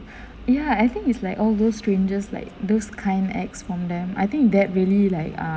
ya I think is like all those strangers like those kind acts from them I think that really like um